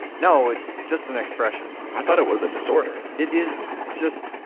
no, it's just an expression i thought it was a disorder it is, just,